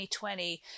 2020